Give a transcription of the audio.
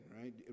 right